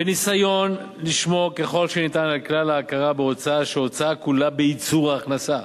בניסיון לשמור ככל האפשר על כלל ההכרה בהוצאה שהוצאה כולה בייצור הכנסה.